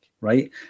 Right